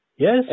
Yes